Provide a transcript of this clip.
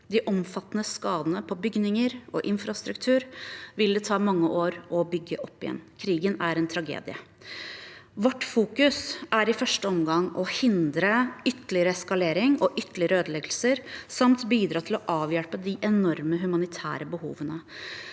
De omfattende skadene på bygninger og infrastruktur vil det ta mange år å bygge opp igjen. Krigen er en tragedie. Vårt fokus er i første omgang å hindre ytterligere eskalering og ytterligere ødeleggelser samt bidra til å avhjelpe de enorme humanitære behovene.